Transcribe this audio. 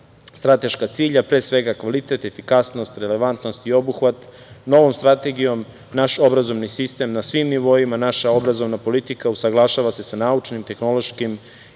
strateška cilja, a pre svega kvalitet, efikasnost, relevantnost i obuhvat. Novom strategijom naš obrazovni sistem na svim nivoima, naša obrazovna politika usaglašava se sa naučnim, tehnološkim